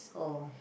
oh